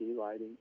lighting